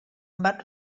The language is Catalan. van